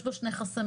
יש בו שני חסמים.